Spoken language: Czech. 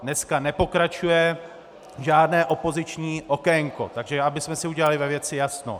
Dneska nepokračuje žádné opoziční okénko, abychom si udělali ve věci jasno.